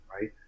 right